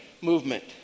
movement